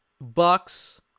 Bucks